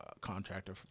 contractor